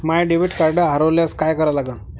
माय debit card हरोल्यास काय करा लागन?